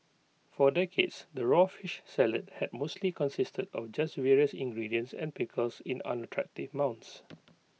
for decades the raw fish salad had mostly consisted of just various ingredients and pickles in unattractive mounds